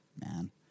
Man